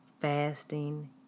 fasting